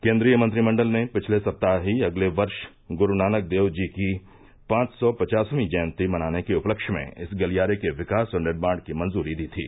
केन्द्रीय मंत्रिमंडल ने पिछले सप्ताह ही अगले वर्ष गुरू नानक देव जी की पांच सौ पचास वीं जयंती मनाने के उपलक्ष्य में इस गलियारे के विकास और निर्माण की मंजूरी दी थी